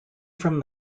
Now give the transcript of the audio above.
from